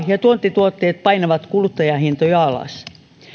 ja tuontituotteet painavat kuluttajahintoja alas